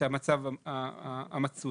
המצב המצוי.